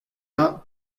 not